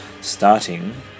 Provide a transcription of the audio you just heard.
starting